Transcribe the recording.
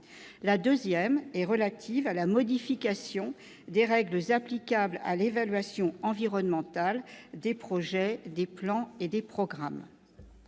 du 3 août 2016 relative à la modification des règles applicables à l'évaluation environnementale des projets, plans et programmes